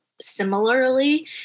similarly